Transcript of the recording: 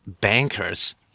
bankers